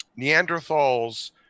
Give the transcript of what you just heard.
Neanderthals